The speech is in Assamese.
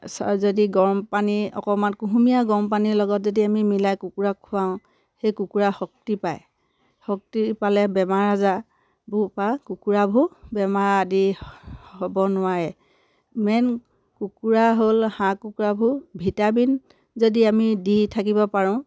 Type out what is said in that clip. যদি গৰম পানী অকণমান কুহুমীয়া গৰম পানীৰ লগত যদি আমি মিলাই কুকুৰাক খুৱাওঁ সেই কুকুৰা শক্তি পায় শক্তি পালে বেমাৰ আজাৰবোৰৰপৰা কুকুৰাবোৰ বেমাৰ আদি হ'ব নোৱাৰে মেইন কুকুৰা হ'ল হাঁহ কুকুৰাবোৰ ভিটামিন যদি আমি দি থাকিব পাৰোঁ